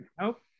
Nope